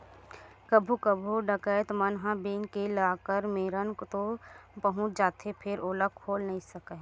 कभू कभू डकैत मन ह बेंक के लाकर मेरन तो पहुंच जाथे फेर ओला खोल नइ सकय